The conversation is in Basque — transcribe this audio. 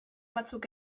batzuk